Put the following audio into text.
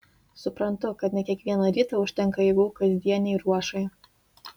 suprantu kad ne kiekvieną rytą užtenka jėgų kasdienei ruošai